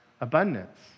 abundance